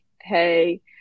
hey